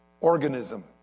organism